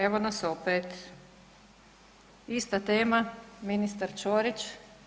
Evo nas opet, ista tema, ministar Ćorić.